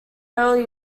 early